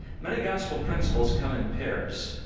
many gospel principles come in pairs,